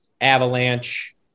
avalanche